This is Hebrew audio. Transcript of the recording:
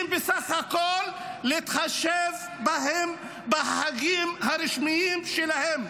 בסך הכול להתחשב בהם בחגים הרשמיים שלהם,